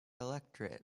electorate